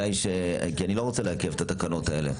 אני לא רוצה לעכב את התקנות האלה.